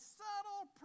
subtle